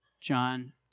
John